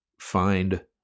find